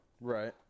right